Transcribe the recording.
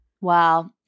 Wow